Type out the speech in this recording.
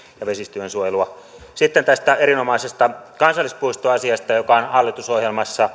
ja vesistöjen suojelua sitten tästä erinomaisesta kansallispuistoasiasta joka on hallitusohjelmassa